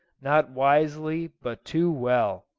not wisely but too well.